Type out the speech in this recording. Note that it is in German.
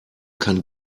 kann